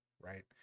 Right